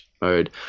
mode